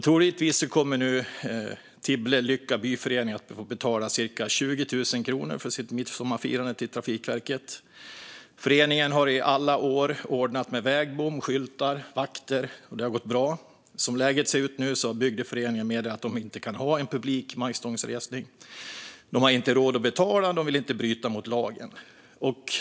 Troligtvis kommer nu Tibble-Lycka byförening att få betala cirka 20 000 kronor till Trafikverket för sitt midsommarfirande. Föreningen har i alla år ordnat med vägbom, skyltar och vakter, och det har gått bra. Som läget ser ut nu har bygdeföreningen meddelat att de inte kan ha en publik majstångsresning. De har inte råd att betala, och de vill inte bryta mot lagen.